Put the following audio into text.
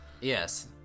Yes